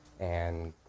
and